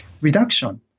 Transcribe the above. reduction